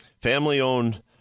Family-owned